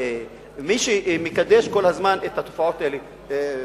ומי שמקדש כל הזמן את התופעות האלה,